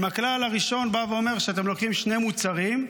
הכלל הראשון בא ואומר שאתם לוקחים שני מוצרים,